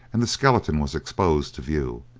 and the skeleton was exposed to view,